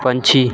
ਪੰਛੀ